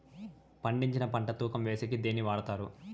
పండించిన పంట తూకం వేసేకి దేన్ని వాడతారు?